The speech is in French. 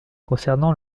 concernant